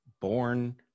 born